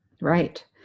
Right